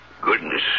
Goodness